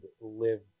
live